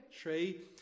tree